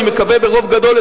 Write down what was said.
אני מקווה ברוב גדול,